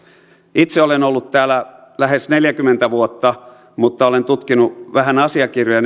itse olen ollut täällä lähes neljäkymmentä vuotta mutta kun olen tutkinut vähän asiakirjoja